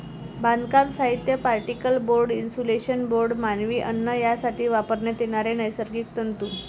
बांधकाम साहित्य, particle board, insulation board, मानवी अन्न यासाठी वापरण्यात येणारे नैसर्गिक तंतू